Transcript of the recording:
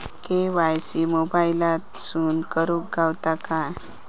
KYC मोबाईलातसून करुक गावता काय?